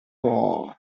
all